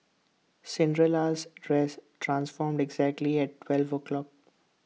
Cinderella's dress transformed exactly at twelve o'clock